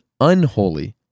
unholy